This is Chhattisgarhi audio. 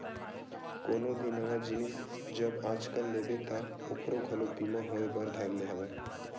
कोनो भी नवा जिनिस जब आजकल लेबे ता ओखरो घलो बीमा होय बर धर ले हवय